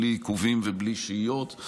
בלי עיכובים ובלי שהיות.